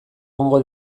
egongo